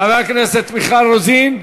חברת הכנסת מיכל רוזין,